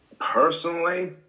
personally